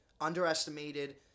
underestimated